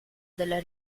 della